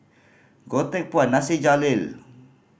Goh Teck Phuan Nasir Jalil